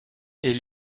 est